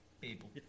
People